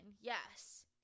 Yes